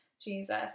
Jesus